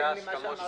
בהתאם למה שנאמר.